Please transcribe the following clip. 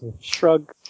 Shrug